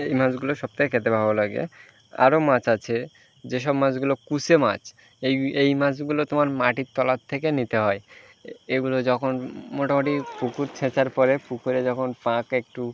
এই মাছগুলো সবথেকে খেতে ভালো লাগে আরও মাছ আছে যেসব মাছগুলো কুঁচে মাছ এই এই মাছগুলো তোমার মাটির তলার থেকে নিতে হয় এ এগুলো যখন মোটামুটি পুকুর ছেঁচার পরে পুকুরে যখন পাঁক একটু